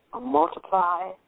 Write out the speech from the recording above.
multiply